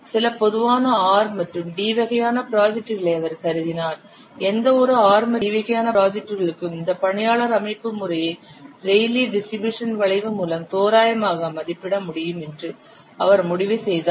சில பொதுவான R மற்றும் D வகையான ப்ராஜெக்டுகளை அவர் கருதினார் எந்த ஒரு R மற்றும் D வகையான ப்ராஜெக்டுகளுக்கும் இந்த பணியாளர் அமைப்பு முறையை ரெய்லீ டிஸ்ட்ரிபியூஷன் வளைவு மூலம் தோராயமாக மதிப்பிட முடியும் என்று அவர் முடிவு செய்தார்